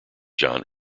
john